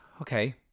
Okay